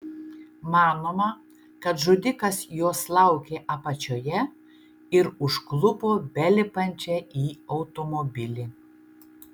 manoma kad žudikas jos laukė apačioje ir užklupo belipančią į automobilį